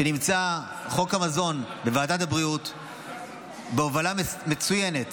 כשחוק המזון נמצא בוועדת הבריאות בהובלה מצוינת